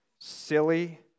silly